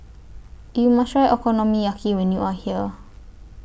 YOU must Try Okonomiyaki when YOU Are here